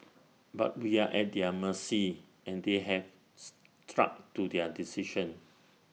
but we are at their mercy and they have struck to their decision